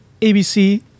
ABC